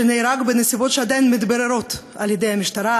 שנהרג בנסיבות שעדיין מתבררות על-ידי המשטרה,